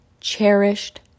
cherished